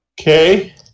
Okay